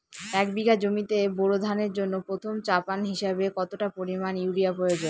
এক বিঘা জমিতে বোরো ধানের জন্য প্রথম চাপান হিসাবে কতটা পরিমাণ ইউরিয়া প্রয়োজন?